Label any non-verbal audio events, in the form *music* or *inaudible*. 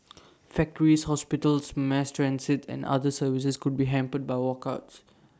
*noise* factories hospitals mass transit and other services could be hampered by walkouts